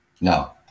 No